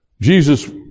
Jesus